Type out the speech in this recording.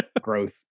growth